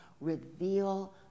reveal